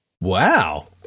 Wow